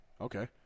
okay